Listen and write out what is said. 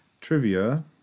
Trivia